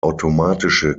automatische